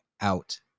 out